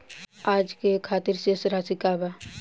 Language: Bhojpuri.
आज के खातिर शेष राशि का बा?